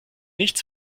nichts